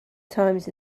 times